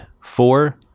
four